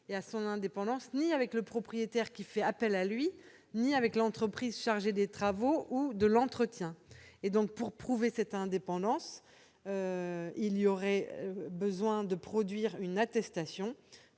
et à son indépendance, ni avec le propriétaire qui fait appel à lui ni avec l'entreprise chargée des travaux ou de l'entretien. Par conséquent, pour prouver cette indépendance, il faudrait produire une attestation.